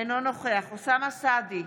אינו נוכח אוסאמה סעדי,